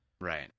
Right